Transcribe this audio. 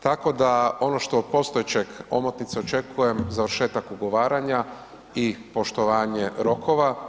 Tako da, ono što od postojeće omotnice očekujem, završetak ugovaranja i poštovanje rokova.